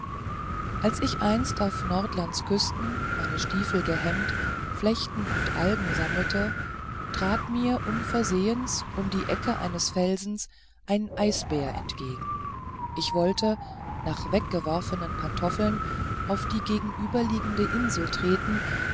als ich einst auf nordlands küsten meine stiefel gehemmt flechten und algen sammelte trat mir unversehens um die ecke eines felsens ein eisbär entgegen ich wollte nach weggeworfenen pantoffeln auf eine gegenüber liegende insel treten